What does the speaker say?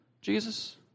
Jesus